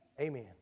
Amen